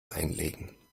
einlegen